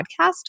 podcast